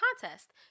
contest